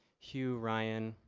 hugh ryan,